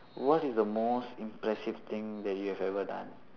what is the most impressive thing that you have ever done